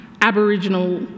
Aboriginal